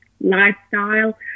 lifestyle